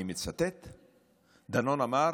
אני מצטט, דנון אמר: